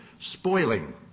spoiling